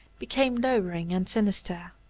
became lowering and sinister,